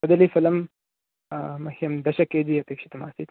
कदलीफलं मह्यं दशकेजि अपेक्षितम् आसीत्